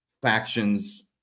Factions